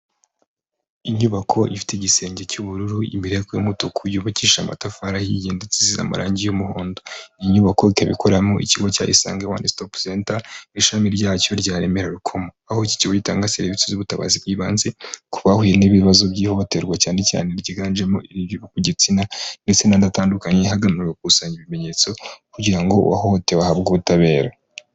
Inyubako ifite igisenge cy'ubururu, inyubako y'umutuku yubakisha amatafari ahiye ndetse zisize amarangi y'umuhondo, iyi nyubako ikoreramo ikigo cya isange wani sitopu seta ishami ryacyo rya Remera-Rukoma, aho iki kigo gitanga serivisi z'ubutabazi bw'ibanze ku bahuye n'ibibazo by'ihohoterwa, cyane cyane ryiganjemo ashingiye ku gitsina ndetse n'andi atandukanye hagamijwe gukusanya ibimenyetso kugira ngo uwahohotewe ahabwe ubutabera.